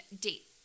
date